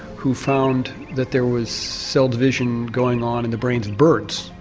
who found that there was cell division going on in the brains of birds,